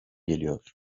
geliyor